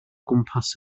gwmpas